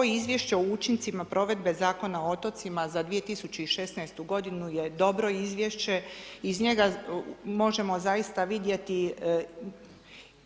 Pa ovo izvješće o učincima provedbe Zakona o otocima za 2016. godinu je dobro izvješće, iz njega možemo zaista vidjeti